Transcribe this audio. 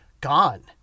gone